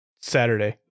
Saturday